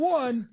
one